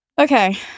Okay